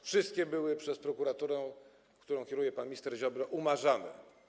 Wszystkie były przez prokuraturę, którą kieruje pan minister Ziobro, umarzane.